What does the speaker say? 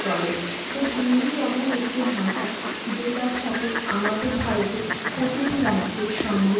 চলে তো হিন্দি এমন একটি ভাষা যেটার সাথে আমাদের ভারতের প্রতিটি রাজ্যের সঙ্গে